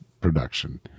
production